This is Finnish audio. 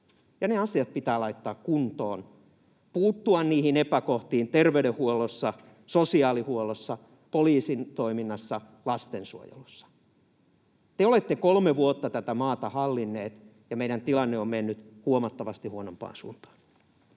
ne asiat pitää laittaa kuntoon, puuttua niihin epäkohtiin terveydenhuollossa, sosiaalihuollossa, poliisin toiminnassa, lastensuojelussa. Te olette kolme vuotta tätä maata hallinneet, ja meidän tilanne on mennyt huomattavasti huonompaan suuntaan.